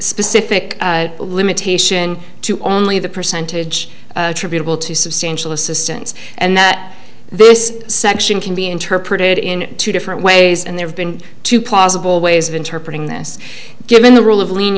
specific limitation to only the percentage tribunal to substantial assistance and that this section can be interpreted in two different ways and there have been two possible ways of interpreting this given the role of leni